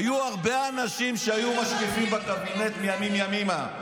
היו הרבה אנשים שהיו משקיפים בקבינט מימים ימימה,